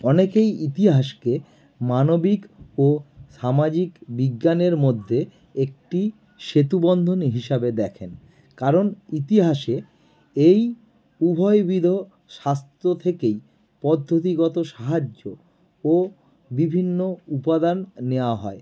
অনেকেই ইতিহাসকে মানবিক ও সামাজিক বিজ্ঞানের মধ্যে একটি সেতু বন্ধন হিসাবে দেখেন কারণ ইতিহাসে এই উভয়বিধ শাস্ত থেকেই পদ্ধতিগত সাহায্য ও বিভিন্ন উপাদান নেওয়া হয়